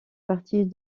partie